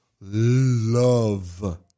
love